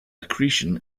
accretion